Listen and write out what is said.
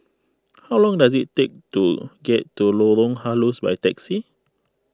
how long does it take to get to Lorong Halus by taxi